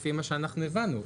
לפי מה שאנחנו הבנו.